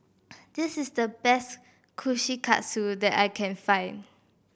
this is the best Kushikatsu that I can find